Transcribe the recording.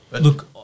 Look